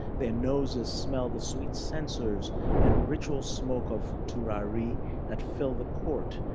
their noses smell the sweet sensors and ritual smoke of tawari that fill the court.